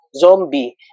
zombie